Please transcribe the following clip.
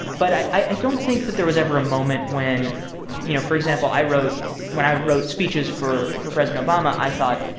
but i i don't think that there was ever a moment when you know, for example, i wrote when i wrote speeches for for president obama, i thought,